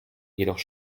jedoch